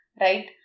Right